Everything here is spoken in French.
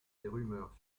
rumeurs